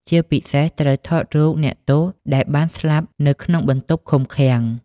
ជាពិសេសត្រូវថតរូបអ្នកទោសដែលបានស្លាប់នៅក្នុងបន្ទប់ឃុំឃាំង។